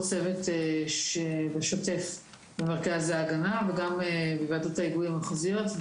צוות שבשוטף במרכזי ההגנה וגם בוועדות ההיגוי המחוזיות.